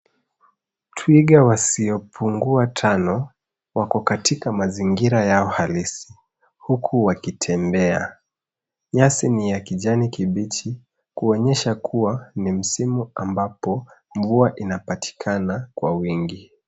Twiga wasiopungua tano wako katika mazingira yao halisi huku wakitembea. Nyasi ni ya kijani kibichi kuonyesha kuwa ni msimu ambapo mvua inapatikana kwa wingi.